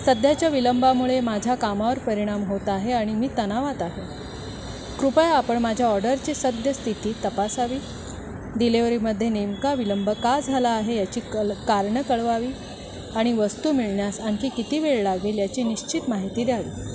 सध्याच्या विलंंबामुळे माझ्या कामावर परिणाम होत आहे आणि मी तणावात आहे कृपया आपण माझ्या ऑर्डरची सद्यस्थिती तपासावी डिलेवरीमध्ये नेमका विलंब का झाला आहे याची कल कारणं कळवावी आणि वस्तू मिळण्यास आणखी किती वेळ लागेल याची निश्चित माहिती द्यावी